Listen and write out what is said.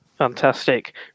Fantastic